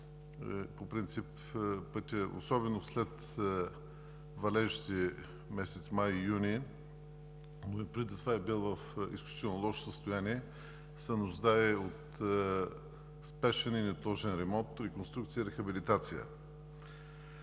По принцип пътят, особено след валежите през месеците май и юни, а и преди това, е бил в изключително лошо състояние и се нуждае от спешен и неотложен ремонт, реконструкция и рехабилитация.